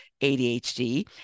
ADHD